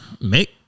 Make